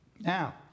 Now